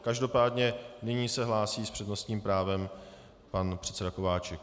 Každopádně nyní se hlásí s přednostním právem pan předseda Kováčik.